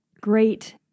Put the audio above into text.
great